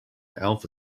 alpha